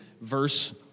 verse